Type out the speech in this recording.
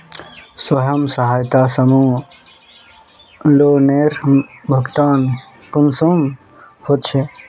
स्वयं सहायता समूहत लोनेर भुगतान कुंसम होचे?